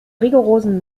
rigorosen